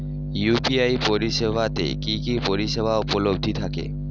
UPI পরিষেবা তে কি কি পরিষেবা উপলব্ধি থাকে?